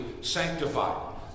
sanctified